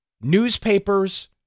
newspapers